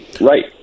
Right